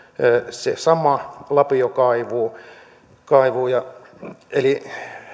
se sama lapiokaivuu eli